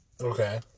Okay